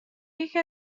یکی